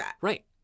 Right